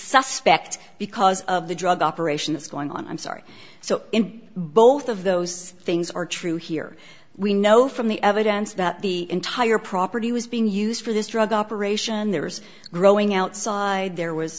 suspect because of the drug operation that's going on i'm sorry so in both of those things are true here we know from the evidence about the entire property was being used for this drug operation there's growing outside there was